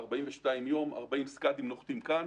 42 יום, נוחתים כאן